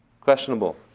questionable